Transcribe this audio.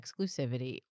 exclusivity